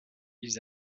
ils